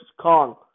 Kong